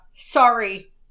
Sorry